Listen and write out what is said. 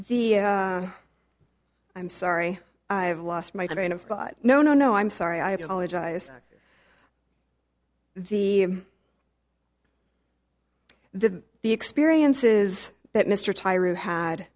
the i'm sorry i've lost my train of thought no no no i'm sorry i apologize the the the experiences that mr